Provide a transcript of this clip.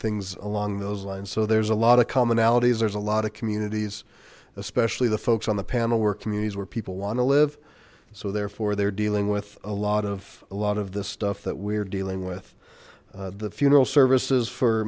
things along those lines so there's a lot of commonalities there's a lot of communities especially the folks on the panel where communities where people want to live so therefore they're dealing with a lot of a lot of this stuff that we're dealing with the funeral services for